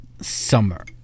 summer